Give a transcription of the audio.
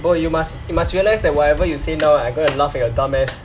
bro you must you must realise that whatever you say now I gonna at laughing your dumb ass